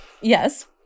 Yes